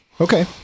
Okay